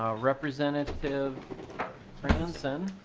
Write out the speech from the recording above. ah representative franson.